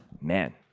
Man